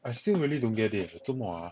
I still really don't get it 做么 ah